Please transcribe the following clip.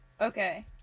Okay